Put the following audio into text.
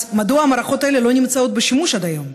אז מדוע המערכות האלה לא נמצאות בשימוש עד היום?